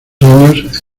años